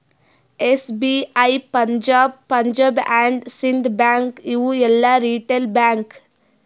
SBI, Punjab, Punjab and Sindh Bank ಇವು ಎಲ್ಲಾ retail bank